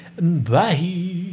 Bye